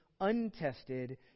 untested